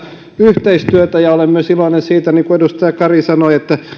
yhteistyötä ja olen iloinen myös siitä että niin kuin edustaja kari sanoi